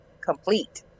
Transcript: complete